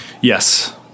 Yes